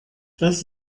das